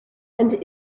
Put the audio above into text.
and